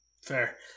Fair